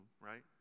Right